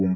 M